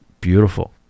Beautiful